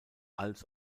als